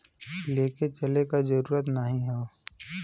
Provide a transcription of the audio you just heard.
लेके चले क जरूरत नाहीं हौ